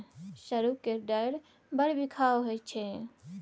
सरुक डारि बड़ बिखाह होइत छै